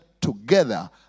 together